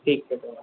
ठीक है तो